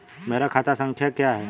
मेरा खाता संख्या क्या है?